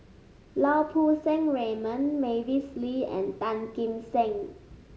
Lau Poo Seng Raymond Mavis Lee and Tan Kim Seng